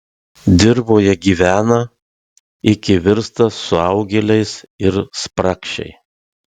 dirvoje gyvena iki virsta suaugėliais ir spragšiai